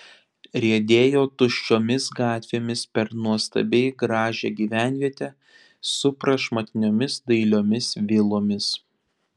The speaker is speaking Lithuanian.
riedėjo tuščiomis gatvėmis per nuostabiai gražią gyvenvietę su prašmatniomis dailiomis vilomis